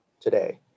today